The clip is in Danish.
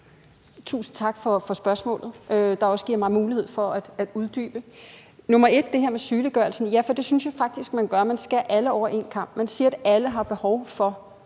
Tusind tak for spørgsmålet, der også giver mig mulighed for at uddybe mit svar. Allerførst det med sygeliggørelsen, og ja, for det synes jeg faktisk man gør. Man skærer alle over en kam. Man siger, at alle har behov for